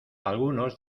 algunos